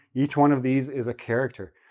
each one of these is a character.